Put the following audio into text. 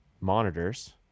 monitors